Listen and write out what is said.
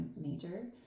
major